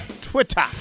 Twitter